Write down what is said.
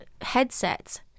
headsets